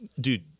Dude